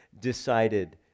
decided